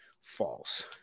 False